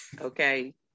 Okay